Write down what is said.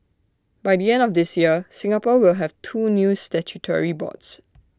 by the end of this year Singapore will have two new statutory boards